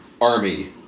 Army